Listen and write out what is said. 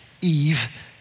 Eve